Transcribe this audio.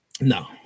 no